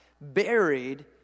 buried